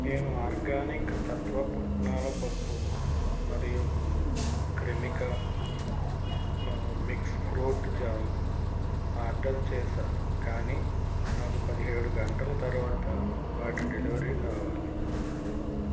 నేను ఆర్గానిక్ తత్వ పుట్నాల పప్పు మరియు క్రెమికా మా మిక్స్ ఫ్రూట్ జామ్ ఆర్డర్ చేసాను కానీ నాకు పదిహేడు గంటలు తరువాత వాటి డెలివరీ కావాలి